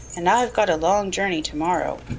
and i've got a long journey to-morrow.